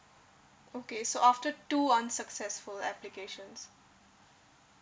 okay so after two unsuccessful applications